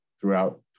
throughout